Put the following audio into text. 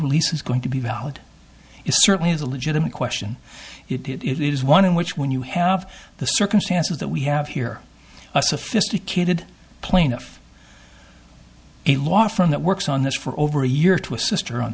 release is going to be valid it certainly is a legitimate question it is one in which when you have the circumstances that we have here a sophisticated plaintiff a law firm that works on this for over a year to assist her on